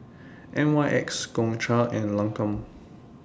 N Y X Gongcha and Lancome